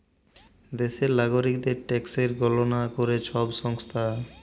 দ্যাশের লাগরিকদের ট্যাকসের গললা ক্যরে ছব সংস্থা